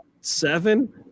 seven